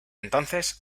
entonces